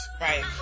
Right